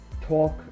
talk